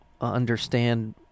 understand